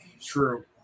True